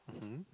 mmhmm